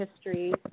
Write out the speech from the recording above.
history